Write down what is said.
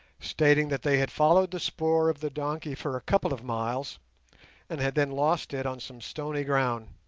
stating that they had followed the spoor of the donkey for a couple of miles and had then lost it on some stony ground,